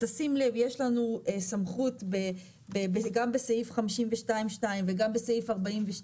תשים לב יש לנו סמכות גם בסעיף 52.2 וגם בסעיף 42